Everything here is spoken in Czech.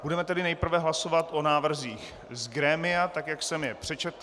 Budeme tedy nejprve hlasovat o návrzích z grémia tak, jak jsem je přečetl.